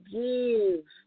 give